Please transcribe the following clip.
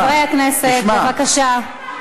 חברי הכנסת, בבקשה.